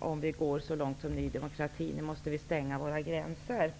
om vi går så långt som Ny demokrati, stänga våra gränser.